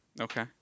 Okay